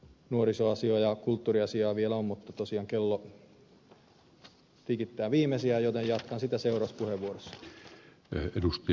nuorisoasiaa ja kulttuuriasiaa vielä on mutta tosiaan kello tikittää viimeisiään joten jatkan seuraavassa puheenvuorossa